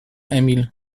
emil